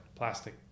plastic